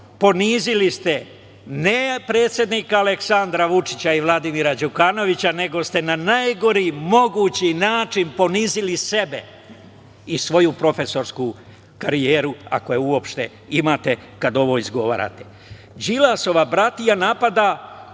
ponizili ste ne predsednika Aleksandra Vučića i Vladimira Đukanovića, nego ste na najgori mogući način ponizili sebe i svoju profesorsku karijeru, ako je uopšte imate kada ovo izgovarate. Đilasova bratija napada